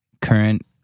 current